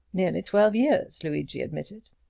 nearly twelve years, luigi admitted.